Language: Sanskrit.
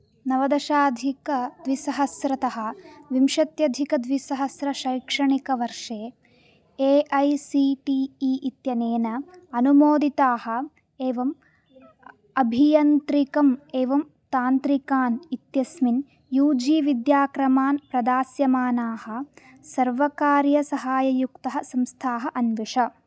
नवदशाधिकद्विसहस्रतः विंशत्यधिकद्विसहस्रशैक्षणिकवर्षे A I C T E इत्यनेन अनुमोदिताः एवं अभियान्त्रिकम् एवं तान्त्रिकान् इत्यस्मिन् यू जी विद्याक्रमान् प्रदास्यमानाः सर्वकारसहाययुक्तः संस्थाः अन्विष